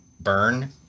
burn